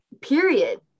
period